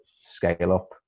scale-up